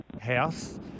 house